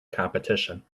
competition